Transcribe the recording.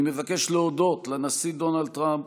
אני מבקש להודות לנשיא דונלד טראמפ,